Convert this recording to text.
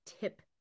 tip